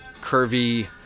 curvy